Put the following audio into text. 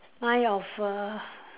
mind of a